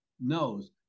knows